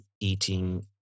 eating